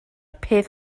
peth